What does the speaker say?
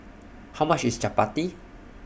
How much IS Chapati